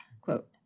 quote